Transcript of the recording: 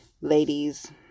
ladies